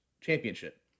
championship